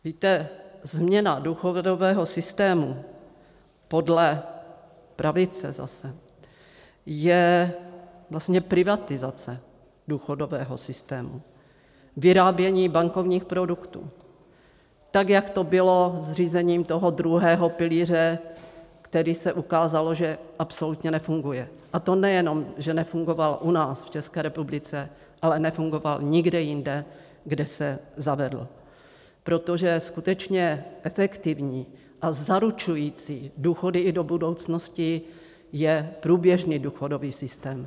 Víte, změna důchodového systému podle pravice zase je vlastně privatizace důchodového systému, vyrábění bankovních produktů, tak jak to bylo zřízením druhého pilíře, který, ukázalo se, že absolutně nefunguje, a to nejenom, že nefungoval u nás v České republice, ale nefungoval nikde jinde, kde se zavedl, protože skutečně efektivní a zaručující důchody i do budoucnosti je průběžný důchodový systém.